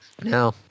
No